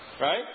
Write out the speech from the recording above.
right